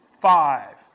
five